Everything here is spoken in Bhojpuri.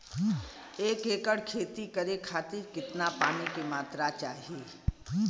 एक एकड़ खेती करे खातिर कितना पानी के मात्रा चाही?